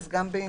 אז גם בענייננו